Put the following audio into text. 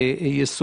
מה נקודת הייחוס